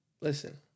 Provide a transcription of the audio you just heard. listen